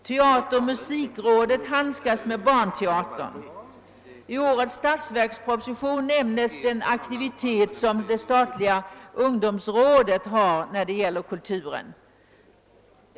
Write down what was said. Teateroch musikrådet ägnar sig åt barnteater. I årets statsverksproposition nämns den aktivitet som det statliga ungdomsrådet bedriver när det gäller kulturen.